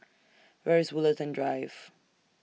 Where IS Woollerton Drive